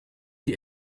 die